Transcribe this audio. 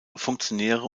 funktionäre